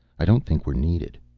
i don't think we're needed.